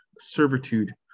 servitude